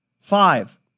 Five